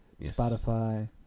Spotify